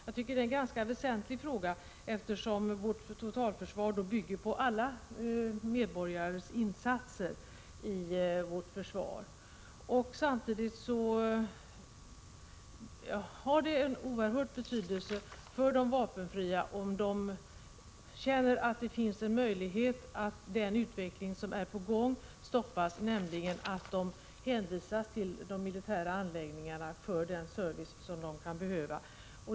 Jag tycker det är en ganska väsentlig fråga, eftersom vårt totalförsvar bygger på alla medborgares insatser i försvaret. Samtidigt har det en oerhörd betydelse för de vapenfria om den utveckling som är på gång stoppas, så att de inte hänvisas till de militära anläggningarna för den service som de kan behöva.